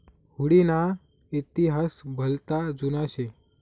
हुडी ना इतिहास भलता जुना शे